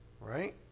Right